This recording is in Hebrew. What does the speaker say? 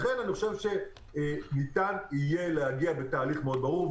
לכן ניתן יהיה להגיע לזה בתהליך מאוד ברור.